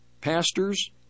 pastors